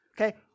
Okay